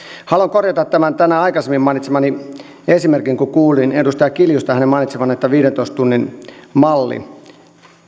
haluan korjata tänään aikaisemmin mainitsemani esimerkin kuulin edustaja kiljusen mainitsevan että viidentoista tunnin mallin